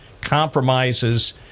compromises